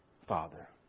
Father